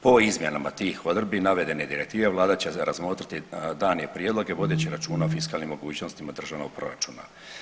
Po izmjenama tih odredbi navedene direktive vlada će razmotriti dane prijedloge vodeći računa o fiskalnim mogućnostima državnog proračuna.